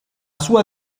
sua